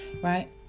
right